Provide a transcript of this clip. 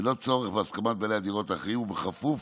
בלא צורך בהסכמת בעלי הדירות האחרים ובכפוף